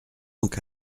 donc